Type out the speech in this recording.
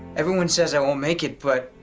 everyone says i won't make it, but.